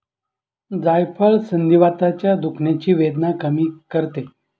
जायफळ संधिवाताच्या दुखण्याची वेदना कमी करते